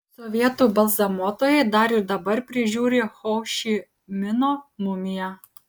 sovietų balzamuotojai dar ir dabar prižiūri ho ši mino mumiją